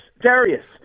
Darius